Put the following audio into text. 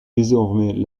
désormais